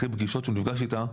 אחרי שהוא נפגש אתה,